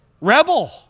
rebel